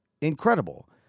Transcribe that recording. incredible